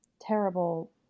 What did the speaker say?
terrible